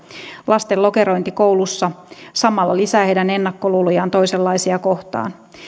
lasten lokerointi koulussa samalla lisää heidän ennakkoluulojaan toisenlaisia kohtaan